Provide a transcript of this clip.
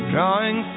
Drawing